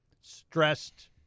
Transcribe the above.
stressed